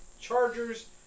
Chargers